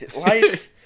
Life